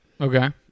Okay